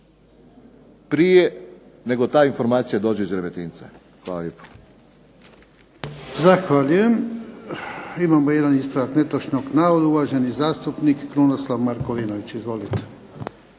prije nego ta informacija dođe iz Remetinca. Hvala lijepo. **Jarnjak, Ivan (HDZ)** Zahvaljujem. Imamo jedan ispravak netočnog navoda, uvaženi zastupnik Krunoslav Markovinović. Izvolite.